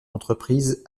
entreprise